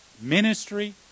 ministry